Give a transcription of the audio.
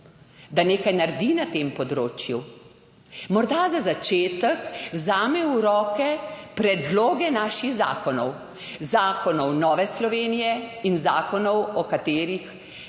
da nekaj naredi na tem področju, morda za začetek vzame v roke predloge naših zakonov, zakonov Nove Slovenije in zakonov o katerih